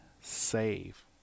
save